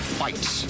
fights